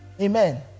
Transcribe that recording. Amen